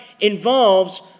involves